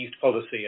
policy